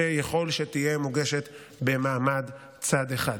שיכול שתהיה מוגשת במעמד צד אחד.